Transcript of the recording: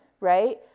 right